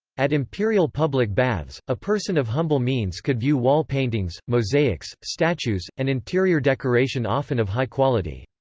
at imperial public baths, a person of humble means could view wall paintings, mosaics, statues, and interior decoration often of high quality.